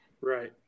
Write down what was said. Right